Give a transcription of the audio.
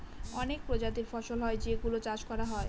অনেক প্রজাতির ফসল হয় যেই গুলো চাষ করা হয়